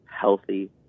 healthy